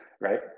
right